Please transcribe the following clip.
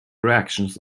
reactions